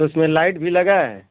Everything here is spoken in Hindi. तो उसमें लाइट भी लगा है